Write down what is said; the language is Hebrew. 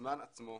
הזמן עצמו,